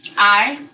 aye.